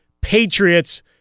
Patriots